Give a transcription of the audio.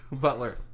Butler